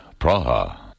Praha